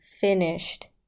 finished